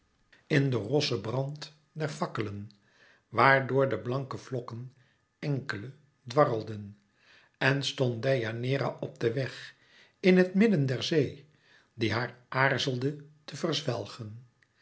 in den rossen brand der fakkelen waar door de blanke vlokken enkele dwarrelden en stond deianeira op den weg in het midden der zee die haar aarzelde te